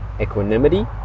equanimity